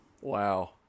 Wow